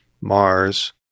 mars